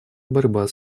борьба